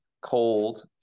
cold